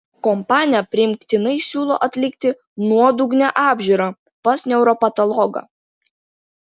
kompanija primygtinai siūlo atlikti nuodugnią apžiūrą pas neuropatologą